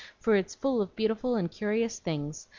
for it's full of beautiful and curious things,